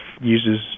uses